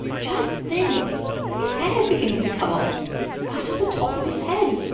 just think his hair's beginning to come off right on the top of his head.